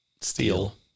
Steel